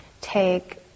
take